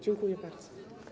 Dziękuję bardzo.